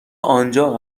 آنجا